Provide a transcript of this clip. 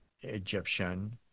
Egyptian